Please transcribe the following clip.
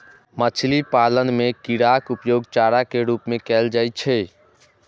मछली पालन मे कीड़ाक उपयोग चारा के रूप मे कैल जाइ छै